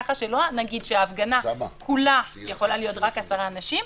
ככה שלא נגיד שההפגנה כולה יכולה להיות רק עשרה אנשים,